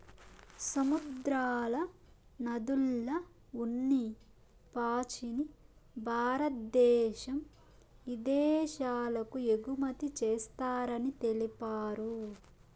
సముద్రాల, నదుల్ల ఉన్ని పాచిని భారద్దేశం ఇదేశాలకు ఎగుమతి చేస్తారని తెలిపారు